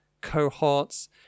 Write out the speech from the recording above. cohorts